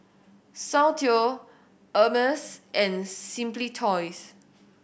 Soundteoh Hermes and Simply Toys